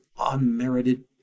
unmerited